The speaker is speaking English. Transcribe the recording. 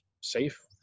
safe